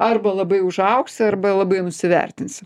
arba labai užaugsi arba labai nusivertinsi